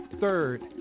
third